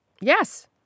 Yes